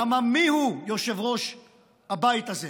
למה מי הוא, יושב-ראש הבית הזה?